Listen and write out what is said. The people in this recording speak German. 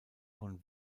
von